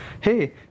Hey